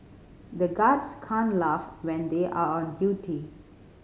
the guards can't laugh when they are on duty